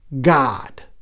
God